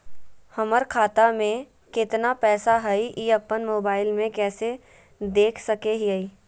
हमर खाता में केतना पैसा हई, ई अपन मोबाईल में कैसे देख सके हियई?